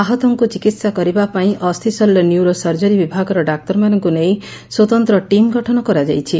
ଆହତଙ୍କୁ ଚିକିହା କରିବା ପାଇଁ ଅସ୍ସିଶଲ୍ୟ ନ୍ୟୁରୋ ସର୍କରୀ ବିଭାଗର ଡାକ୍ତରମାନଙ୍କୁ ନେଇ ସ୍ୱତନ୍ତ ଟିମ୍ ଗଠନ କରାଯାଇଛି